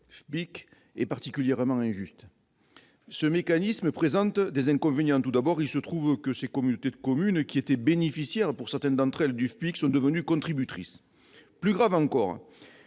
FPIC, est particulièrement injuste. Ce mécanisme présente des inconvénients. Tout d'abord, il se trouve que des communautés de communes qui étaient bénéficiaires du FPIC sont devenues contributrices. Eh oui ! Plus grave encore,